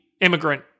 immigrant